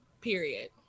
Period